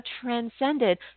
transcended